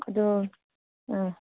ꯑꯗꯣ ꯑꯥ